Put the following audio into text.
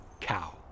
cow